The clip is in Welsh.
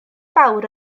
fawr